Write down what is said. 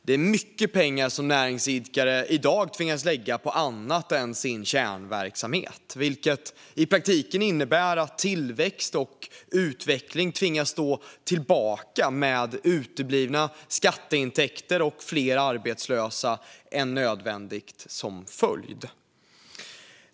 Det är mycket pengar som näringsidkare i dag tvingas lägga på annat än sin kärnverksamhet, vilket i praktiken innebär att tillväxt och utveckling tvingas stå tillbaka, med uteblivna skatteintäkter och fler arbetslösa än nödvändigt som följd.